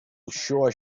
sure